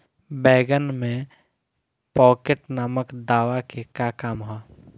बैंगन में पॉकेट नामक दवा के का काम ह?